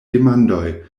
demandoj